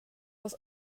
was